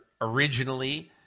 originally